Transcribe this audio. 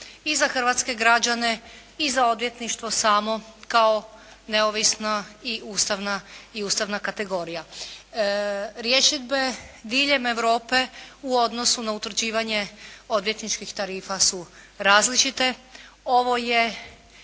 i za hrvatske građane i za odvjetništvo samo kao neovisno i ustavna kategorija. Rješidbe diljem Europe u odnosu na utvrđivanje odvjetničkih tarifa su različite. Ovo je